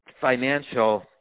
financial